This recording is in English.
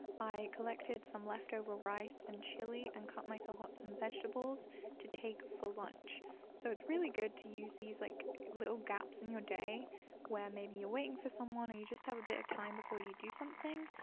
i collected some leftover rice and chilli and cut myself up some vegetables to take for lunch so it's really good to use these like little gaps in your day where maybe you're waiting for someone or you just have a bit of time before you do something,